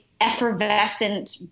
effervescent